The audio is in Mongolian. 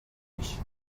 биш